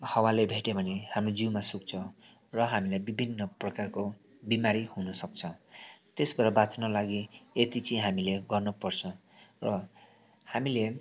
हावाले भेट्यो भने हाम्रो जिउमा सुक्छ र हामीलाई विभिन्न प्रकारको बिमारी हुनुसक्छ त्यसबाट बाँच्न लागि यति चाहिँ हामीले गर्न पर्छ र हामीले